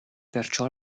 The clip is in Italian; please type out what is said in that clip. perciò